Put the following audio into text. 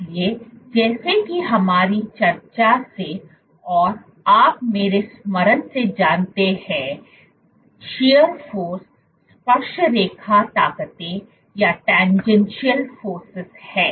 इसलिए जैसा कि हमारी चर्चा से और आप मेरे स्मरण से जानते हैं शीयर फोर्स स्पर्शरेखा ताकतें हैं